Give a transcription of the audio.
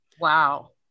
Wow